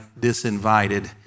disinvited